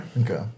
Okay